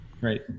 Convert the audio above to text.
Right